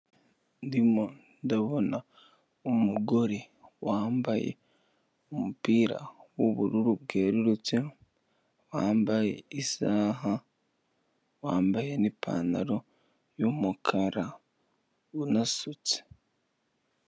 Ndimo ndabona umugore wambaye umupira w'ubururu bwerurutse, wambaye isaha, wambaye n'ipantaro y'umukara unasutse.